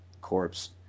corpse